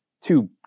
two